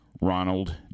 Ronald